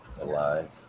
Alive